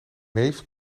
neef